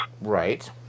right